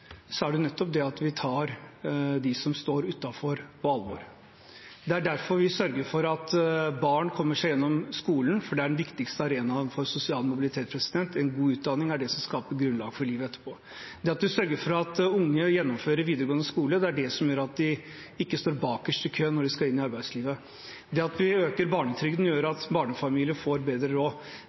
er det nettopp at vi tar dem som står utenfor, på alvor. Det er derfor vi sørger for at barn kommer seg gjennom skolen, for det er den viktigste arenaen for sosial mobilitet. En god utdanning er det som skaper grunnlag for livet etterpå. Det at vi sørger for at unge gjennomfører videregående skole, er det som gjør at de ikke står bakerst i køen når de skal inn i arbeidslivet. Det at vi øker barnetrygden, gjør at barnefamilier får bedre råd.